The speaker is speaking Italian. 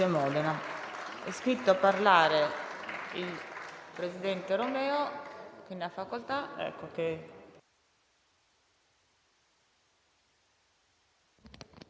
Signor Presidente, ho sentito da parte di molti colleghi della